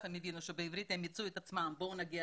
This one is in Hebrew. הם הבינו שבעברית הם מיצו את עצמם ולכן בואו נגיע